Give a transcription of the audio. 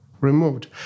removed